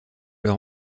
leur